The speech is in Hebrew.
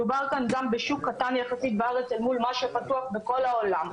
מדובר כאן בשוק קטן יחסית בארץ אל מה שפתוח בכל העולם.